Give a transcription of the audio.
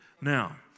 Now